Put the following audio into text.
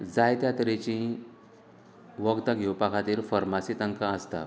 जाय त्या तरेची वखदां घेवपा खातीर फर्मासी तांकां आसता